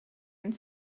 and